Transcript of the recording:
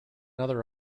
other